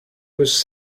was